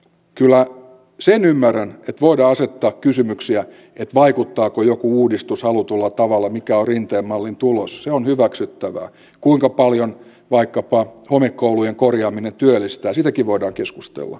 kyllä sen ymmärrän että voidaan asettaa kysymyksiä että vaikuttaako joku uudistus halutulla tavalla mikä on rinteen mallin tulos se on hyväksyttävää kuinka paljon vaikkapa homekoulujen korjaaminen työllistää siitäkin voidaan keskustella